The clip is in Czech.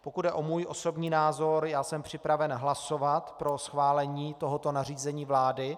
Pokud jde o můj osobní názor, já jsem připraven hlasovat pro schválení tohoto nařízení vlády.